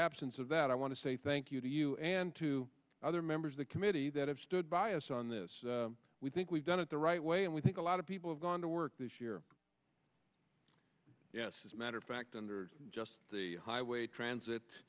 absence of that i want to say thank you to you and to other members of the committee that have stood by us on this we think we've done it the right way and we think a lot of people have gone to work this year yes as a matter of fact under just the highway transit